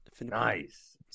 nice